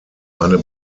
eine